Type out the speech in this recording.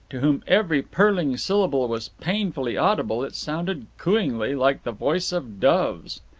to whom every purling syllable was painfully audible, it sounded cooingly, like the voice of doves.